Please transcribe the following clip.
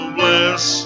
bless